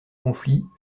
conflit